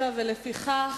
7. לפיכך,